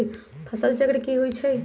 फसल चक्र की होइ छई?